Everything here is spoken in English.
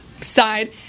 side